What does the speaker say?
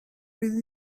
with